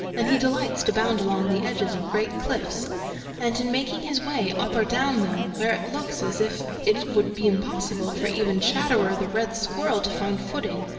and he delights to bound along the edges of great cliffs and in making his way up or down them where it looks as if it would be impossible for even chatterer the red squirrel to find footing,